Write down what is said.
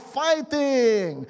fighting